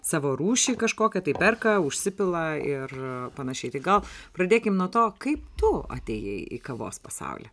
savo rūšį kažkokią tai perka užsipila ir panašiai tai gal pradėkim nuo to kaip tu atėjai į kavos pasaulį